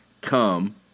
come